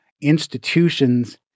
institutions